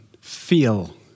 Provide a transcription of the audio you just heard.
feel